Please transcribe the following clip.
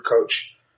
coach